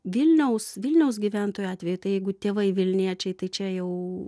vilniaus vilniaus gyventojų atveju jeigu tėvai vilniečiai tai čia jau